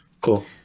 cool